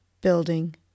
building